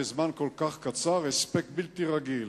בזמן כל כך קצר הספק בלתי רגיל,